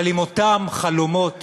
אבל עם אותם חלומות